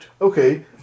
Okay